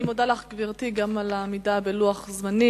אני מודה לך, גברתי, גם על העמידה בלוח הזמנים.